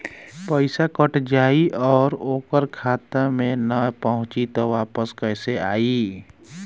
पईसा कट जाई और ओकर खाता मे ना पहुंची त वापस कैसे आई?